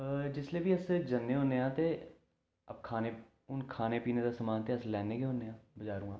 जिसलै बी अस जन्ने होन्ने आं ते खाने ते हून खाने पीने दा समेआन ते अस लैने गै होन्ने आं जिसलै जन्ने आं ते